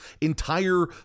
entire